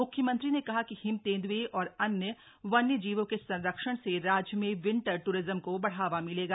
मुख्यमंत्री ने कहा कि हिम तेंद्ए और अन्य वन्य जीवों के संरक्षण से राज्य में विन्टर टूरिज्म को बढ़ावा मिलेगा